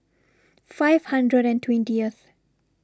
five hundred and twentieth